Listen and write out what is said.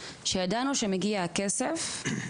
שידענו שמגיע הכסף.